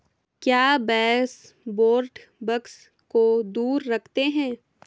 क्या baseboard bugs को दूर रखते हैं?